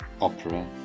opera